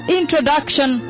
introduction